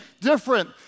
different